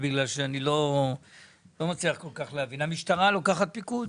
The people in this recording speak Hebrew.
כל משרד אחראי על התחום שלו.